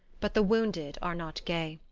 but the wounded are not gay.